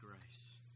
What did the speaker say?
grace